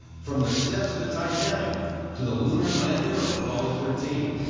from the steps of the titanic to the lunar lander of apollo thirteen.